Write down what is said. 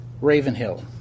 Ravenhill